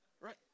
Right